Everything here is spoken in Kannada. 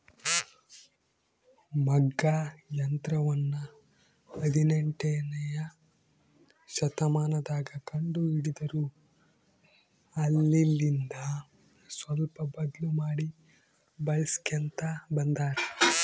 ಮಗ್ಗ ಯಂತ್ರವನ್ನ ಹದಿನೆಂಟನೆಯ ಶತಮಾನದಗ ಕಂಡು ಹಿಡಿದರು ಅಲ್ಲೆಲಿಂದ ಸ್ವಲ್ಪ ಬದ್ಲು ಮಾಡಿ ಬಳಿಸ್ಕೊಂತ ಬಂದಾರ